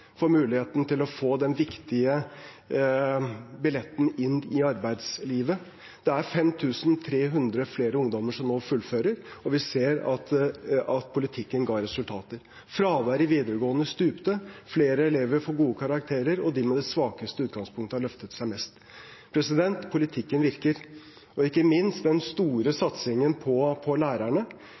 til å få den viktige billetten inn i arbeidslivet. Det er 5 300 flere ungdommer som nå fullfører, og vi ser at politikken ga resultater. Fraværet på videregående stupte. Flere elever får gode karakterer, og de med det svakeste utgangspunktet har løftet seg mest. Politikken virker – ikke minst den store satsingen på lærerne. Ja, vi innførte firerkrav i praktisk matte for å komme inn på